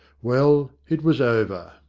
well, it was over.